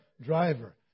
driver